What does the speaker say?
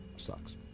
sucks